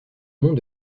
monts